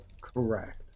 correct